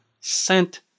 sent